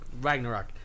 Ragnarok